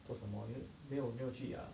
做什么又没有没有去 err